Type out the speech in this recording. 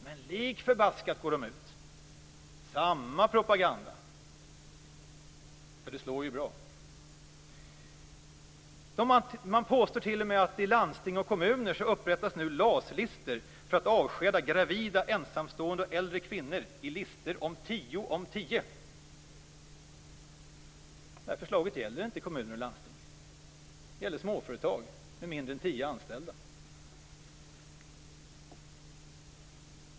Men lik förbaskat går man ut med detta. Det är samma propaganda, eftersom den slår bra. Man påstår t.o.m. att det i landsting och kommuner nu upprättas LAS-listor för att avskeda gravida, ensamstående och äldre kvinnor i listor om tio och tio. Detta förslag gäller inte kommuner och landsting. Det gäller småföretag med mindre än tio anställda.